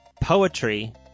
poetry